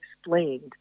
explained